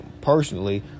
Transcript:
personally